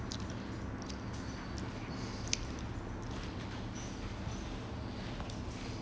but what like you don't have to have to [what] let's say um